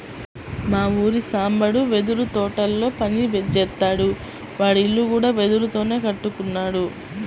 మా ఊరి సాంబడు వెదురు తోటల్లో పని జేత్తాడు, వాడి ఇల్లు కూడా వెదురుతోనే కట్టుకున్నాడు